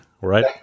right